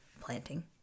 planting